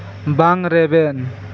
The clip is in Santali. ᱵᱟᱝ ᱨᱮᱵᱮᱱ